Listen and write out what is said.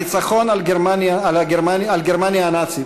הניצחון על גרמניה הנאצית,